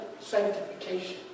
sanctification